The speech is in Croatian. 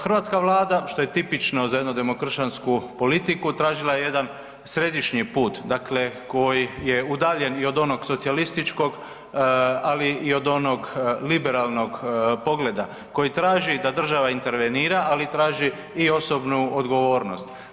Hrvatska Vlada što je tipično za jednu demokršćansku politiku, tražila je jedan središnji put, dakle koji je udaljen i od onog socijalistički ali i od onog liberalnog pogleda, koji traži da država intervenira ali i traži i osobnu odgovornost.